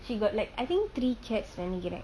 she got like I think three cats நெனைக்குர:nenaikura